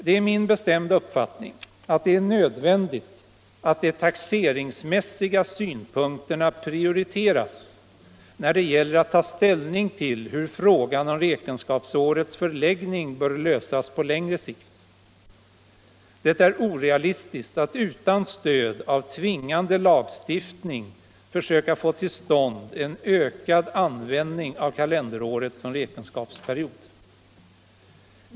Det är min bestämda uppfattning att det är nödvändigt att de taxeringsmässiga synpunkterna prioriteras när det gäller att ta ställning till hur frågan om räkenskapsårets förläggning bör lösas på längre sikt. Det är orealistiskt att utan stöd av tvingande lagstiftning försöka få till stånd en ökad användning av kalenderåret som räkenskapsperiod.